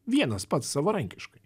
vienas pats savarankiškai